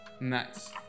nice